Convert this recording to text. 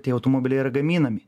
tie automobiliai yra gaminami